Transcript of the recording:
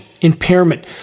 impairment